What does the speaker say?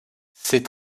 ses